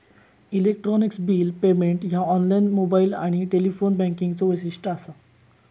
electronic bill payment ह्या online, mobile आणि telephone बँकिंगचो वैशिष्ट्य असा